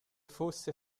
fosse